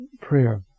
prayer